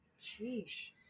Sheesh